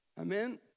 Amen